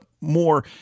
more